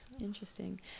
Interesting